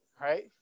right